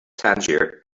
tangier